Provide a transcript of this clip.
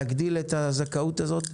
להגדיל את הזכאות הזאת.